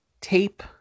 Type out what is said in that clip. tape